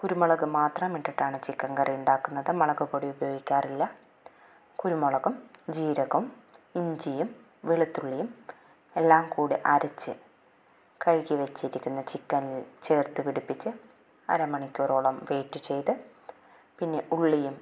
കുരുമുളക് മാത്രം ഇട്ടിട്ടാണ് ചിക്കന് കറി ഉണ്ടാക്കുന്നത് മുളകുപൊടി ഉപയോഗിക്കാറില്ല കുരുമുളകും ജീരകവും ഇഞ്ചിയും വെളുത്തുള്ളിയും എല്ലാം കൂടെ അരച്ച് കഴുകി വച്ചിരിക്കുന്ന ചിക്കന് ചേര്ത്ത് പിടിപ്പിച്ച് അരമണിക്കൂറോളം വെയിറ്റ് ചെയ്ത് പിന്നെ ഉള്ളിയും